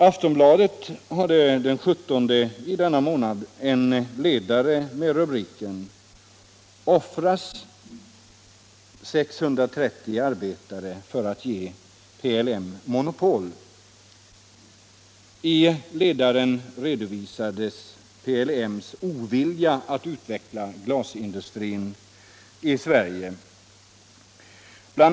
Aftonbladet hade den 17 i denna månad en ledare med rubriken: ”Offras 630 arbetare för att ge PLM monopol?” I ledaren redovisas PLM:s ovilja att utveckla glasindustrin i Sverige. Bl.